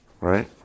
Right